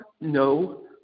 no